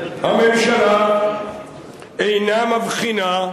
הממשלה אינה מבחינה,